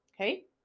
Okay